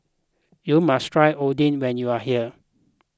you must try Oden when you are here